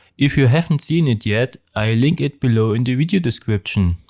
if you haven't seen it yet, i link it below in the video description.